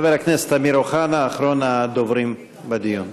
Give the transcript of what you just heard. חבר הכנסת אמיר אוחנה, אחרון הדוברים בדיון.